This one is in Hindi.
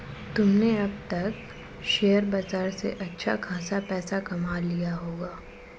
तुमने अब तक शेयर बाजार से अच्छा खासा पैसा कमा लिया होगा